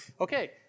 Okay